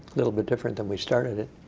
little bit different than we started it.